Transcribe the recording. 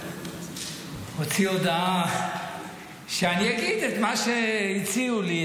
הוציא הודעה שאני אגיד את מה שהציעו לי,